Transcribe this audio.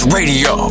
Radio